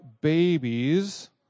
babies